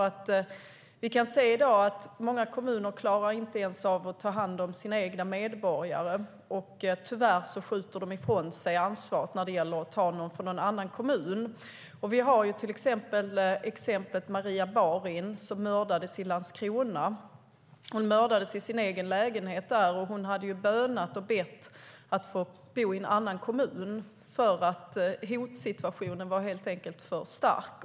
I dag kan vi se att många kommuner inte ens klarar av att ta hand om sina egna medborgare, och tyvärr skjuter de då ifrån sig ansvaret när det gäller att ta emot någon från en annan kommun. Vi har exemplet Maria Barin som mördades i sin egen lägenhet i Landskrona. Hon hade bönat och bett om att få bo i en annan kommun eftersom hotsituationen helt enkelt var så stark.